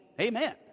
amen